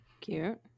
Cute